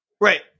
right